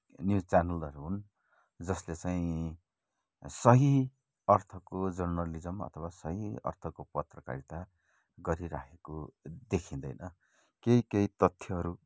news च्यानलहरू हुन् जसले चाहिँ सही अर्थको जर्नलिज्म अथवा सही अर्थको पत्रकारिता गरिराखेको देखिदैँन केही केही तथ्यहरू